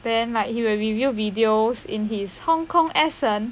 then like he will reveal videos in his hong kong accent